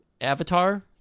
Avatar